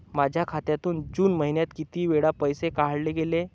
माझ्या खात्यातून जून महिन्यात किती वेळा पैसे काढले गेले?